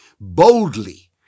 boldly